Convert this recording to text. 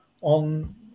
on